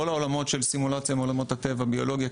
כל העולמות של סימולציה מעולמות הטבע ביולוגיה,